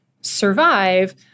survive